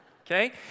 Okay